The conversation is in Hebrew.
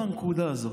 בנקודה הזאת,